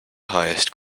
highest